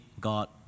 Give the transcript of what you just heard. God